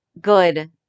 good